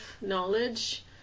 knowledge